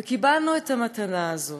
וקיבלנו את המתנה הזאת.